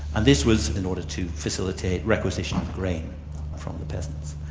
and this was in order to facilitate requisition of grain from.